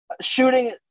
shooting